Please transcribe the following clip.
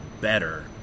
better